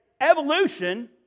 evolution